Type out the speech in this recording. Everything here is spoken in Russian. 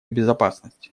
безопасность